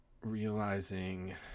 realizing